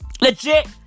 Legit